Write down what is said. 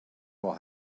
will